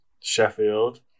Sheffield